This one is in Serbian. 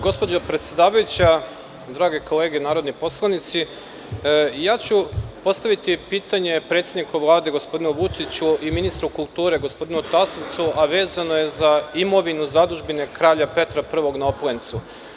Gospođo predsedavajuća, drage kolege narodni poslanici, postaviću pitanje predsedniku Vlade gospodinu Vučiću i ministru kulture, gospodinu Tasovcu, a vezano je za imovinu Zadužbine Kralja Petra I na Oplencu.